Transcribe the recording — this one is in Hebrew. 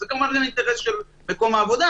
זה כמובן גם אינטרס של מקום העבודה,